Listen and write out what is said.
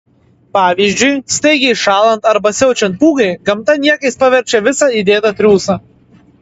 pavyzdžiui staigiai šąlant arba siaučiant pūgai gamta niekais paverčia visą įdėtą triūsą